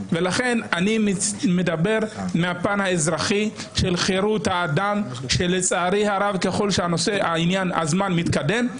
לכן אני מדבר מהפן האזרחי של חירות האדם שלצערי הרב ככל שהזמן מתקדם,